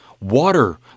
water